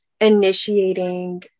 initiating